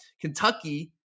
Kentucky